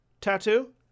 tattoo